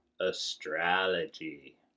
Astrology